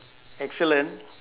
excellent